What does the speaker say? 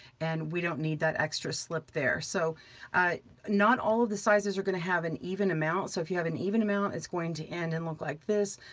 and we don't need that extra slip there. so not all of the sizes are gonna have an even amount. so if you have an even amount, it's going to end and look like this,